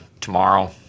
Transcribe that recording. tomorrow